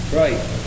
right